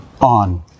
on